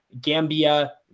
Gambia